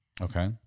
Okay